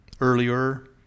earlier